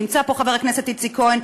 נמצא פה חבר הכנסת איציק כהן,